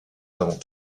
avant